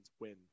win